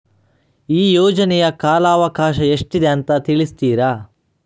ಈ ಯೋಜನೆಯ ಕಾಲವಕಾಶ ಎಷ್ಟಿದೆ ಅಂತ ತಿಳಿಸ್ತೀರಾ?